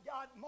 God